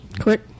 Quick